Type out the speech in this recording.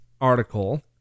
article